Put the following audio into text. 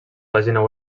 pàgina